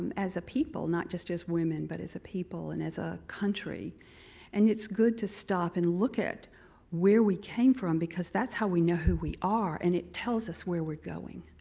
as a people, not just as women, but as a people and as a country and it's good to stop and look at where we came from because that's how we know who we are and it tells us where we're going.